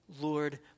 Lord